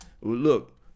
Look